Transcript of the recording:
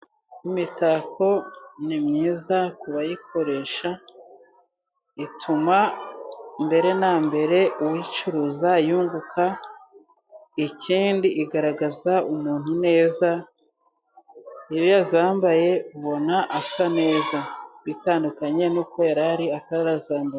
Imitako ni myiza ku bayikoresha ituma mbere na mbere uyicuruza yunguka, ikindi igaragaza umuntu neza iyo ya yambaye ubona asa neza bitandukanye n' uko yari ari atarazambara.